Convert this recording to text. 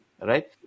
right